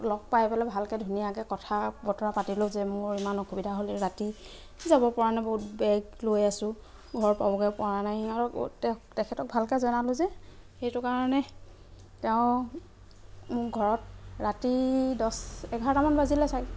লগ পাই পেলাই ভালকৈ ধুনীয়াকৈ কথা বতৰা পাতিলো যে মোৰ ইমান অসুবিধা হ'ল ৰাতি যাবপৰা নাই বহুত বেগ লৈ আছো ঘৰ পাবগৈ পৰা নাই তেখেতক ভালকৈ জনালোঁ যে সেইটো কাৰণে তেওঁ মোক ঘৰত ৰাতি দহ এঘাৰটামান বাজিলে চাগৈ